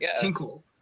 Tinkle